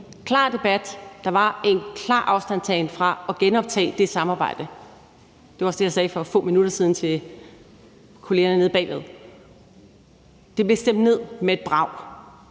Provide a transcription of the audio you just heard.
klar debat. Der var en klar afstandtagen fra at genoptage det samarbejde. Det var også det, jeg sagde for få minutter siden til kollegerne nede bagved. Det blev stemt ned med et brag.